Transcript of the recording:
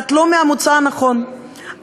את לא מהמוצא הנכון,